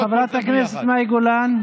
אדוני, חברת הכנסת מאי גולן.